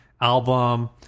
album